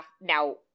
now